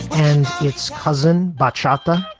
and its cousin by chopper.